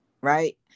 right